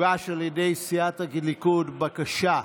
הוגשה על ידי סיעת הליכוד בקשה.